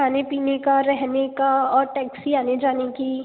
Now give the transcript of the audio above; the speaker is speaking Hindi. अभी आपका शॉप कितने बजे से कितने बजे तक खुला रहता है